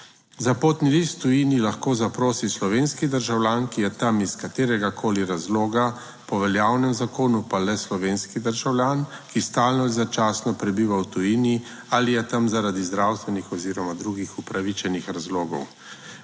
Za potni list v tujini lahko zaprosi slovenski državljan, ki je tam iz kateregakoli razloga. Po veljavnem zakonu pa le slovenski državljan, ki stalno in začasno prebiva v tujini ali je tam zaradi zdravstvenih oziroma drugih upravičenih razlogov.